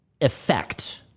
Effect